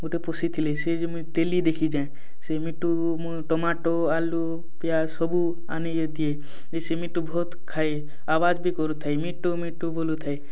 ଗୁଟେ ପୋଷି ଥିଲେ ସେ ଯେ ମୁଇଁ ଡେଲି ଦେଖି ଯାଏଁ ସେ ମିଟୁ ମୁଁ ଟୋମାଟୋ ଆଳୁ ପିଆଜ ସବୁ ଆଣିକି ଦିଏ ସେ ମିଟୁ ବହୁତ ଖାଏ ଆବାଜ ବି କରୁ ଥାଏ ମିଟୁ ମିଟୁ ବୋଲୁ ଥାଏ